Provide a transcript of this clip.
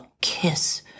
kiss